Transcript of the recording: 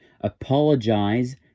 Apologize